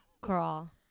girl